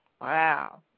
Wow